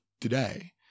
today